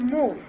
move